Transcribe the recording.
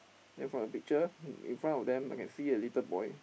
then from the picture in front of them I can see a little boy